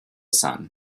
sun